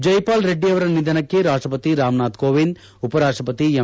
ಜೈಪಾಲ್ ರೆಡ್ಡಿ ಅವರ ನಿಧನಕ್ಕೆ ರಾಷ್ಟಪತಿ ರಾಮನಾಥ್ ಕೋವಿಂದ್ ಉಪರಾಷ್ಟಪತಿ ಎಂ